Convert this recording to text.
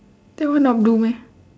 that one not blue meh